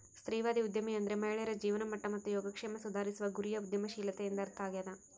ಸ್ತ್ರೀವಾದಿ ಉದ್ಯಮಿ ಅಂದ್ರೆ ಮಹಿಳೆಯರ ಜೀವನಮಟ್ಟ ಮತ್ತು ಯೋಗಕ್ಷೇಮ ಸುಧಾರಿಸುವ ಗುರಿಯ ಉದ್ಯಮಶೀಲತೆ ಎಂದರ್ಥ ಆಗ್ಯಾದ